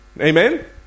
Amen